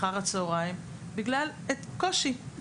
אחר הצהריים בגלל קושי.